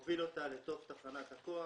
מנגנון של האו"ם מוביל את הדלק לתוך תחנת הכוח,